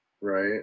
Right